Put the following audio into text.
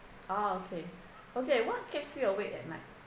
orh okay okay what keeps you awake at night